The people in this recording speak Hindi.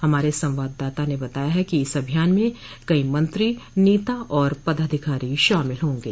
हमारे संवाददाता ने बताया है कि इस अभियान में कई मंत्री नेता आर पदाधिकारी शामिल होंगे